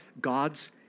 God's